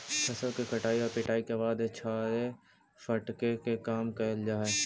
फसल के कटाई आउ पिटाई के बाद छाड़े फटके के काम कैल जा हइ